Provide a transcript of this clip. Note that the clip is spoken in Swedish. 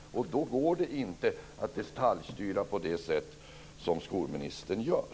Då går det inte att detaljstyra på det sätt som skolministern gör.